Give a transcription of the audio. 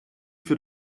für